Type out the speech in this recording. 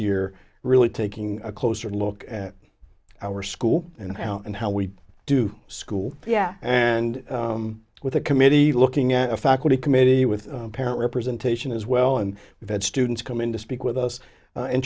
year really taking a closer look at our school and how and how we do school yeah and with a committee looking at a faculty committee with parent representation as well and we've had students come in to speak with us and